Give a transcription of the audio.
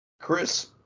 Chris